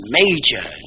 major